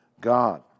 God